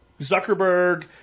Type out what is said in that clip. Zuckerberg